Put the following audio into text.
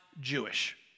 Jewish